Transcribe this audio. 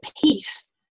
peace